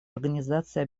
организации